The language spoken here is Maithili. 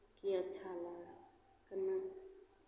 की अच्छा लगय कने